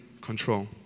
control